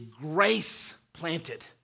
grace-planted